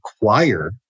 require